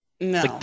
No